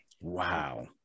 wow